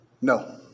No